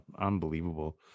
unbelievable